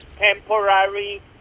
temporary